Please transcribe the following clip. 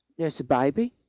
nurse a baby,